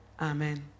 Amen